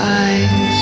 eyes